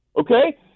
okay